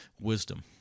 wisdom